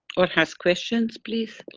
or has question? please.